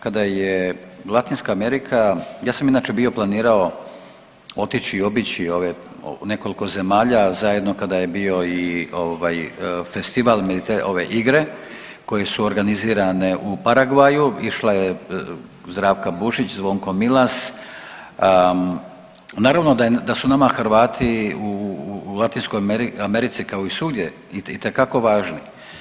Kada je Latinska Amerika, ja sam inače bio planirao otići i obići ove nekoliko zemalja zajedno kada je bio i festival ove igre koje su organizirane u Paraguayu, išla je Zdravka Bušić, Zvonko Milas, naravno da su nama Hrvati u Latinskoj Americi kao i svugdje itekako važni.